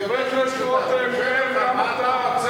אני שואל אותך, מה אתה רוצה?